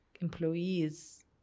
employees